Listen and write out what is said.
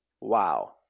Wow